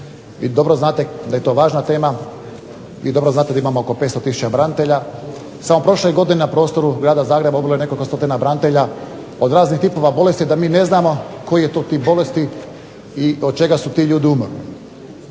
Vi dobro znate da je to važna tema. Vi dobro znate da imamo oko 500000 branitelja. Samo prošle godine na prostoru grada Zagreba umrlo je nekoliko stotina branitelja od raznih tipova bolesti, da mi ne znamo koji je to tip bolesti i od čega su ti ljudi umrli.